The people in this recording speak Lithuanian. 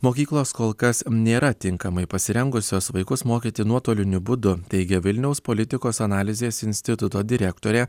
mokyklos kol kas nėra tinkamai pasirengusios vaikus mokyti nuotoliniu būdu teigia vilniaus politikos analizės instituto direktorė